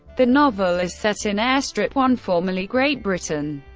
the novel is set in airstrip one, formerly great britain,